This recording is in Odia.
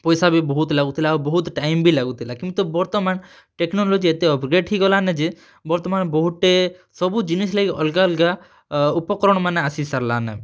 ପଇସା ବି ବହୁତ୍ ଲାଗୁଥିଲା ଆଉ ବହୁତ୍ ଟାଇମ୍ ବି ଲାଗୁଥିଲା କିନ୍ତୁ ବର୍ତ୍ତମାନ୍ ଟେକ୍ନୋଲୋଜି ଏତେ ଅପ୍ଗ୍ରେଡ଼୍ ହେଇଗଲାନ ଯେ ବର୍ତ୍ତମାନ୍ ବହୁତ୍ଟେ ସବୁ ଜିନିଷ୍ ଲାଗି ଅଲ୍ଗା ଅଲ୍ଗା ଉପକରଣ୍ ମାନେ ଆସି ସାର୍ଲାନେ